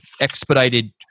expedited